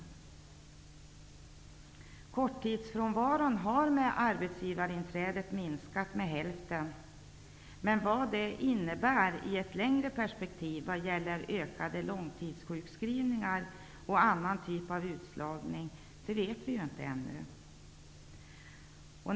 Korttidsfrånvaron har med arbetsgivarinträdet minskat med hälften, men vad det innebär i ett längre perspektiv vad gäller ökade långtidssjukskrivningar och annan typ av utslagning vet vi ännu inte.